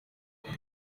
yari